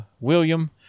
William